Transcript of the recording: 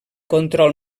control